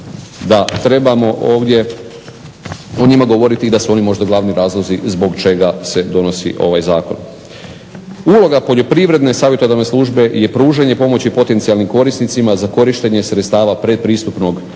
da trebamo ovdje o njima govoriti i da su oni možda glavni razlozi zbog čega se donosi ovaj zakon. Uloga poljoprivredne savjetodavne službe je pružanje pomoći potencijalnim korisnicima za korištenje sredstava predpristupnog programa